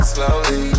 Slowly